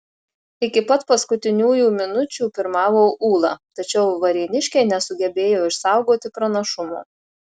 iki pat paskutiniųjų minučių pirmavo ūla tačiau varėniškiai nesugebėjo išsaugoti pranašumo